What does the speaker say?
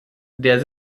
der